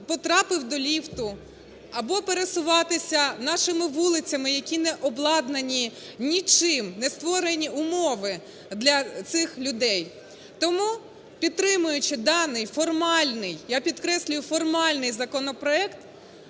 потрапив до ліфту або пересуватися нашими вулицями, які не обладнані нічим, не створені умови для цих людей. Тому, підтримуючи даний формальний, я підкреслюю, формальний законопроект,